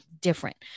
different